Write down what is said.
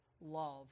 love